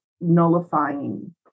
nullifying